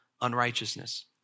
Unrighteousness